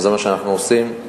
וזה מה שאנחנו עושים.